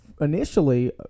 initially